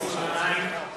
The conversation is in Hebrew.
מסעוד גנאים,